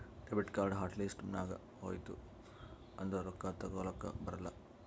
debit card hot list ನಾಗ್ ಹೋಯ್ತು ಅಂದುರ್ ರೊಕ್ಕಾ ತೇಕೊಲಕ್ ಬರಲ್ಲ